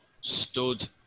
stood